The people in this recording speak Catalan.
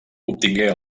obtingué